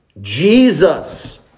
Jesus